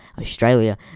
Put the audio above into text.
Australia